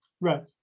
right